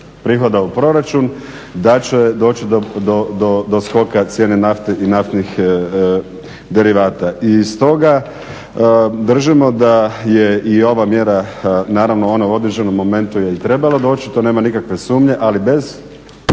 prihoda u proračun, da će doći do skoka cijene nafte i naftnih derivata. I stoga držimo da je i ova mjera naravno ona u određenom momentu je i trebala doći, to nema nikakve sumnje, ali bez